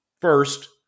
first